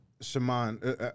Shaman